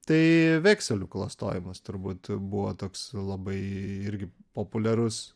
tai vekselių klastojimas turbūt buvo toks labai irgi populiarus